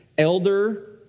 Elder